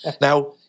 Now